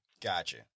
Gotcha